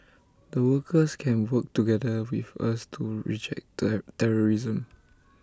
the workers can work together with us to reject that terrorism